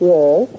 Yes